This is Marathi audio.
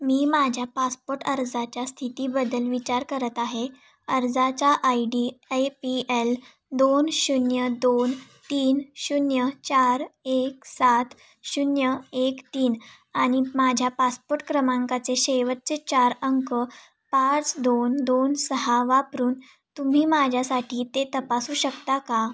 मी माझ्या पासपोर्ट अर्जाच्या स्थितीबद्दल विचार करत आहे अर्जाचा I D A P L दोन शून्य दोन तीन शून्य चार एक सात शून्य एक तीन आणि माझ्या पासपोर्ट क्रमांकाचे शेवटचे चार अंक पाच दोन दोन सहा वापरून तुम्ही माझ्यासाठी ते तपासू शकता का